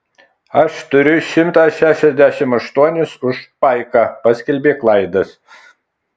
aš turiu šimtą šešiasdešimt aštuonis už paiką paskelbė klaidas